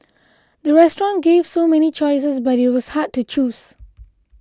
the restaurant gave so many choices but it was hard to choose